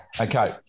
okay